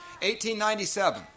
1897